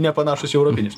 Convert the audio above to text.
nepanašūs į europinius